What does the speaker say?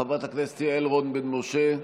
חברת הכנסת יעל רון בן משה,